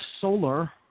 solar